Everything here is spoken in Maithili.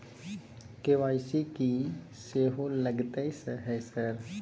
के.वाई.सी की सेहो लगतै है सर?